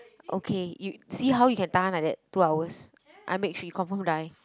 okay you see how you can tahan like that two hours I make sure you confirm die